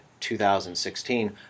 2016